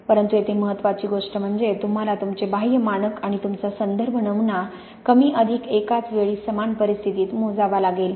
परंतु येथे महत्त्वाची गोष्ट म्हणजे तुम्हाला तुमचे बाह्य मानक आणि तुमचा संदर्भ नमुना कमी अधिक एकाच वेळी समान परिस्थितीत मोजावा लागेल